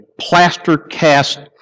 plaster-cast